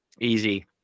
Easy